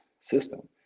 system